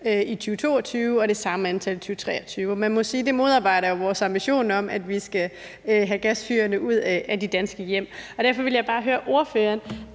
i 2022 og det samme antal i 2023, og man må sige, at det jo modarbejder vores ambition om, at vi skal have gasfyrene ud af de danske hjem. Derfor vil jeg bare høre ordføreren,